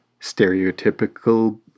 stereotypical